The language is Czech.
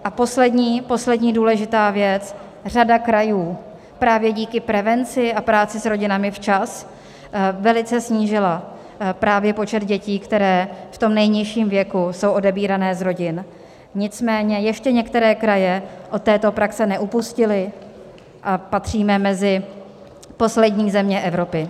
A poslední důležitá věc: řada krajů právě díky prevenci a práci s rodinami včas velice snížila právě počet dětí, které v tom nejnižším věku jsou odebírány z rodin, nicméně ještě některé kraje od této praxe neupustily a patříme mezi poslední země Evropy.